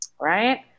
right